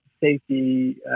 safety